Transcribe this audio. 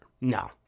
No